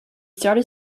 started